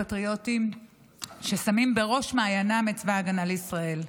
פטריוטים ששמים בראש מעייניהם את צבא ההגנה לישראל.